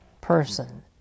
person